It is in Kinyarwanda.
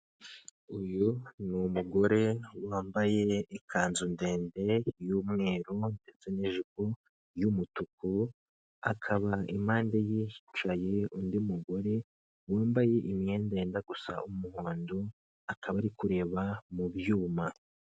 Uyu ni umugore wambaye ikanzu ndende y'umweru ndetse n'ijipo y'umutuku, akaba impande ye hicaye undi mugore, wambaye imyenda yenda gusa umuhondo, akaba ari kureba mu byuma.